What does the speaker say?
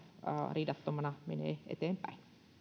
riidattomana menee eteenpäin